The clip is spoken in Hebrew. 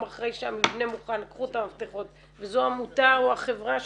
אחרי שהמבנה מוכן קחו את המפתחות וזו העמותה או החברה שמפעילה.